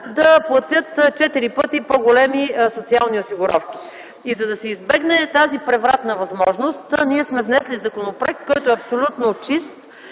да платят четири пъти по-големи социални осигуровки. За да се избегне тази превратна възможност, ние сме внесли законопроект, който е абсолютно чист